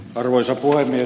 arvoisa puhemies